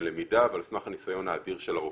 בלמידה ועל סמך הניסיון האדיר של הרופאים.